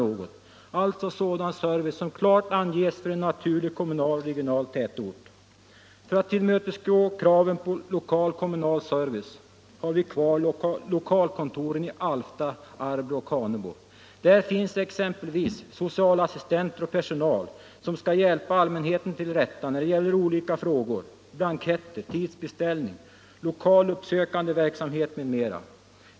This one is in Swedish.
Det är alltså sådan service som klart anges för en naturlig kommunal och regional tätort. För att tillmötesgå kraven på lokal kommunal service har vi kvar lokalkontoren i Alfta, Arbrå och Hanebo. Där finns exempelvis socialassistenter och personal som skall hjälpa allmänheten till rätta när det gäller olika frågor, blanketter, tidsbeställning, lokal uppsökande verk samhet m.m.